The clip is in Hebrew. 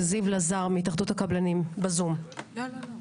שזיו לזר מהתאחדות הקבלנים בזום ידבר.